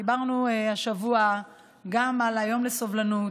דיברנו השבוע גם על יום הסובלנות,